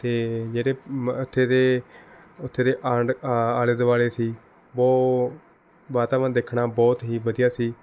ਅਤੇ ਜਿਹੜੇ ਮ ਉੱਥੇ ਦੇ ਉੱਥੇ ਦੇ ਆਂਢ ਆ ਆਲੇ ਦੁਆਲੇ ਸੀ ਬਹੁਤ ਵਾਤਾਵਰਨ ਦੇਖਣਾ ਬਹੁਤ ਹੀ ਵਧੀਆ ਸੀ